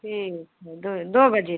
ठीक है दो दो बजे तक